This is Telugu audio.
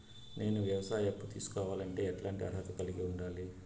నేను వ్యవసాయ అప్పు తీసుకోవాలంటే ఎట్లాంటి అర్హత కలిగి ఉండాలి?